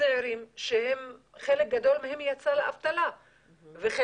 הצעירים שחלק גדול מהם יצא לאבטלה וחלק